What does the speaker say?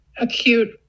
acute